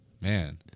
man